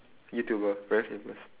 youtuber very famous